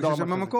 בגלל ששם המקום,